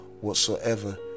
whatsoever